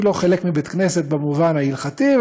היא לא חלק מבית-כנסת במובן ההלכתי.